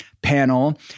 panel